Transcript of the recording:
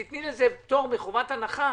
שהיא תיתן לזה פטור מחובת הנחה.